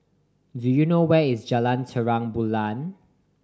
do you know where is Jalan Terang Bulan